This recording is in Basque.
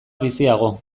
biziago